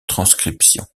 transcription